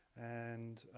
and